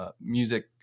music